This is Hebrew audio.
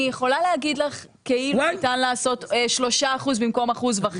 אני יכולה להגיד כאילו ניתן לעשות 3% במקום 1.5%,